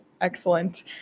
Excellent